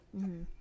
-hmm